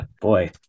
Boy